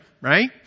Right